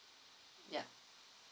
yeah